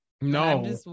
No